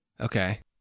Okay